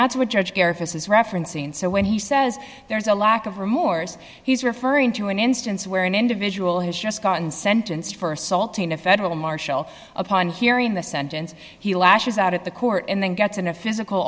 that's what judge tariff is referenced seeing so when he says there's a lack of remorse he's referring to an instance where an individual has just gotten sentenced for assaulting a federal marshal upon hearing the sentence he lashes out at the court and then gets in a physical